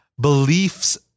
beliefs